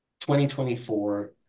2024